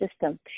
system